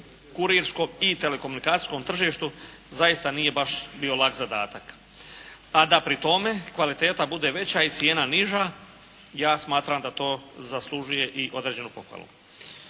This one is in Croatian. kurirskom i telekomunikacijskom tržištu zaista nije baš bio lak zadatak. A da pri tome kvaliteta bude veća i cijena niža ja smatram da to zaslužuje i određenu pohvalu.